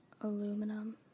Aluminum